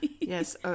Yes